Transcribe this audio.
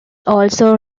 also